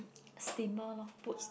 steamer lor put